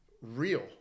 real